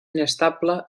inestable